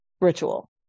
ritual